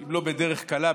אם לא בדרך קלה,